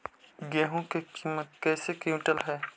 गेहू के किमत कैसे क्विंटल है?